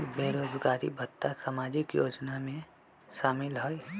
बेरोजगारी भत्ता सामाजिक योजना में शामिल ह ई?